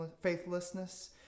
faithlessness